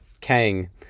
Kang